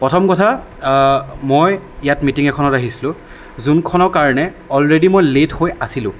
প্ৰথম কথা মই ইয়াত মিটিং এখনত আহিছিলোঁ যোনখনৰ কাৰণে অলৰেডী মই লেইট হৈ আছিলোঁ